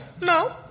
No